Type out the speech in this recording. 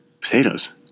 Potatoes